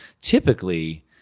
typically